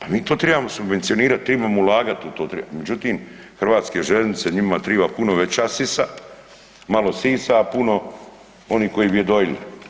Pa mi to trebamo subvencionirat, tribamo ulagat u to, međutim Hrvatske željeznice njima triba puno veća sisa, malo sisa, a puno onih koji bi je dojili.